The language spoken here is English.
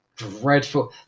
dreadful